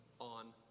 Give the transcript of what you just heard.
on